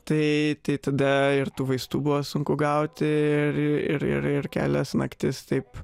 tai tai tada ir tų vaistų buvo sunku gauti ir ir ir kelias naktis taip